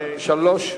שלוש דקות.